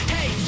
Hey